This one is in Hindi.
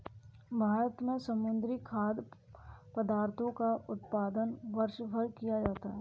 भारत में समुद्री खाद्य पदार्थों का उत्पादन वर्षभर किया जाता है